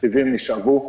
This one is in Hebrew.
התקציבים נשאבו,